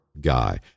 guy